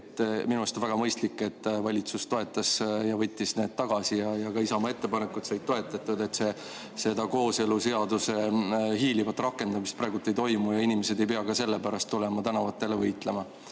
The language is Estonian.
on väga mõistlik, et valitsus toetas ja võttis need tagasi ja ka Isamaa ettepanekud said toetatud. Seda kooseluseaduse hiilivat rakendamist praegu ei toimu ja inimesed ei pea sellepärast tulema tänavatele võitlema.